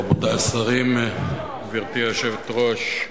רבותי השרים, גברתי היושבת-ראש,